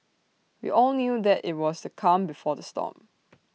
we all knew that IT was the calm before the storm